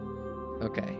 Okay